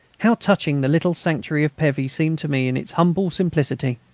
how touching the little sanctuary of pevy seemed to me in its humble simplicity!